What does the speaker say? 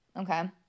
Okay